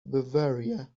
bavaria